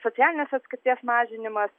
socialinės atskirties mažinimas